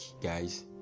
guys